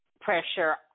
pressure